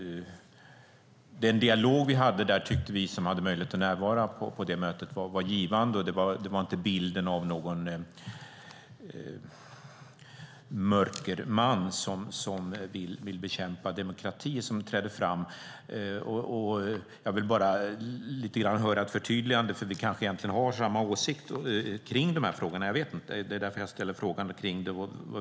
Den dialog vi hade tyckte vi som hade möjlighet att närvara vid mötet var givande. Det var inte bilden av någon mörkerman som vill bekämpa demokrati som trädde fram. Jag vill bara höra ett förtydligande, för vi kanske egentligen har samma åsikt i de här frågorna. Jag vet inte. Det är därför jag ställer frågan.